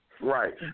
Right